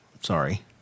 sorry